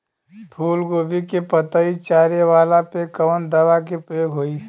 फूलगोभी के पतई चारे वाला पे कवन दवा के प्रयोग होई?